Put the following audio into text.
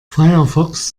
firefox